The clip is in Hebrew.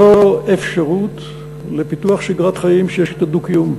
זו אפשרות לפיתוח שגרת חיים שיש אתה דו-קיום,